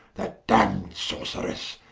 that damned sorceresse,